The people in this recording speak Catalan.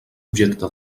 objecte